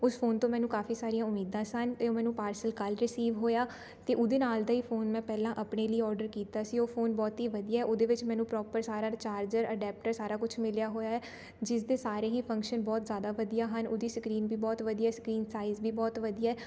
ਉਸ ਫੋਨ ਤੋਂ ਮੈਨੂੰ ਕਾਫੀ ਸਾਰੀਆਂ ਉਮੀਦਾਂ ਸਨ ਅਤੇ ਉਹ ਮੈਨੂੰ ਪਾਰਸਲ ਕੱਲ੍ਹ ਰਿਸੀਵ ਹੋਇਆ ਅਤੇ ਉਹਦੇ ਨਾਲ ਦਾ ਹੀ ਫੋਨ ਮੈਂ ਪਹਿਲਾਂ ਆਪਣੇ ਲਈ ਔਡਰ ਕੀਤਾ ਸੀ ਉਹ ਫੋਨ ਬਹੁਤ ਹੀ ਵਧੀਆ ਉਹਦੇ ਵਿੱਚ ਮੈਨੂੰ ਪ੍ਰੋਪਰ ਸਾਰਾ ਚਾਰਜਰ ਅਡੈਪਟਰ ਸਾਰਾ ਕੁਛ ਮਿਲਿਆ ਹੋਇਆ ਏ ਜਿਸ ਦੇ ਸਾਰੇ ਹੀ ਫੰਕਸ਼ਨ ਬਹੁਤ ਜ਼ਿਆਦਾ ਵਧੀਆ ਹਨ ਉਹਦੀ ਸਕਰੀਨ ਵੀ ਬਹੁਤ ਵਧੀਆ ਸਕਰੀਨ ਸਾਈਜ਼ ਵੀ ਬਹੁਤ ਵਧੀਆ